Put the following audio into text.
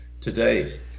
today